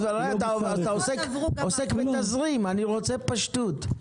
אתה עוסק בתזרים, אני רוצה פשטות.